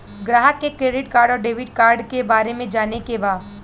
ग्राहक के credit card और डेविड कार्ड के बारे में जाने के बा?